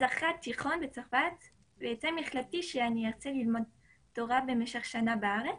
אחרי התיכון בצרפת החלטתי שאני אלמד תורה במשך שנה בארץ.